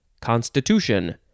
constitution